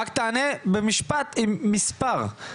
רק תענה במשפט עם מספר,